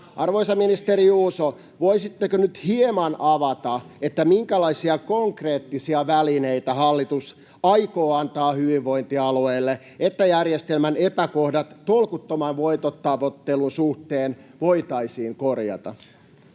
Arvoisa ministeri Juuso, voisitteko nyt hieman avata, minkälaisia konkreettisia välineitä hallitus aikoo antaa hyvinvointialueille, että järjestelmän epäkohdat tolkuttoman voitontavoittelun suhteen voitaisiin korjata?